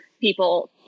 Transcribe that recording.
people